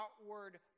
outward